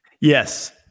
yes